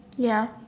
ya